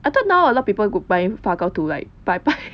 I thought now a lot of people got buy 发糕 to like 拜拜